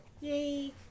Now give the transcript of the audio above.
Yay